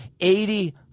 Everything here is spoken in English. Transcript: Eighty